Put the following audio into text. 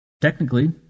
Technically